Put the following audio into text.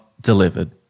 delivered